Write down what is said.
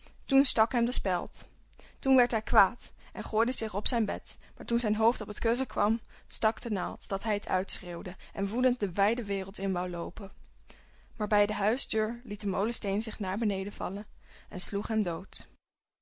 toen stak hem de speld toen werd hij kwaad en gooide zich op zijn bed maar toen zijn hoofd op het kussen kwam stak de naald dat hij het uitschreeuwde en woedend de wijde wereld in woû loopen maar bij de huisdeur liet de molensteen zich naar beneden vallen en sloeg hem dood